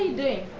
day,